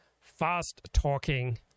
fast-talking